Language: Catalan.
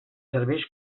serveix